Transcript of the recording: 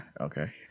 okay